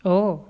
oh